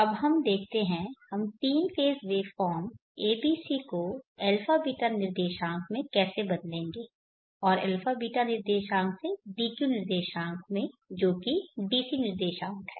अब हम देखते हैं कि हम तीन फेज़ वेवफॉर्म abc को α β निर्देशांक में कैसे बदलेंगे और α β निर्देशांक से d q निर्देशांक में जो कि DC निर्देशांक है